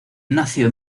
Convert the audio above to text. nació